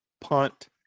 punt